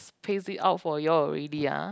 pace it out for you all already ah